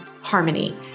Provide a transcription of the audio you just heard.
harmony